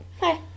Hi